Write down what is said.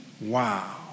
Wow